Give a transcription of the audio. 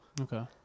Okay